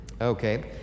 Okay